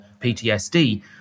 PTSD